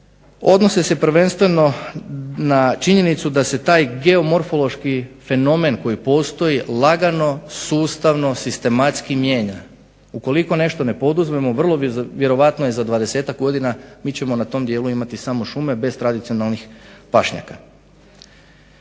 odnose se prvenstveno na činjenicu da se taj geomorfološki fenomen koji postoji lagano sustavno sistematski mijenja. Ukoliko nešto ne poduzmemo vrlo vjerojatno za 20-tak godina mi ćemo na tom dijelu imati samo šume bez tradicionalnih pašnjaka.